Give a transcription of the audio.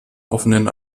offenen